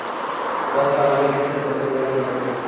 पौधशाला में बीज से पौधे तैयार किए जाते हैं